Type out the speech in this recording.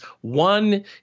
One